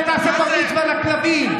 לך תעשה בר-מצווה לכלבים.